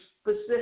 specific